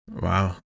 Wow